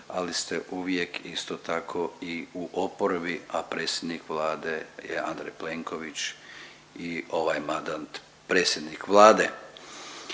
ali ste uvijek isto tako i u oporbi, a predsjednik Vlade je Andrej Plenković i ovaj mandat predsjednik Vlade.